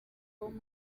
com